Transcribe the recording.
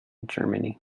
germany